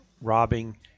robbing